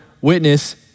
witness